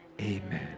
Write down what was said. amen